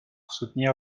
soutenir